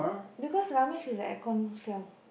because Ramesh is a aircon siao